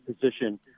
position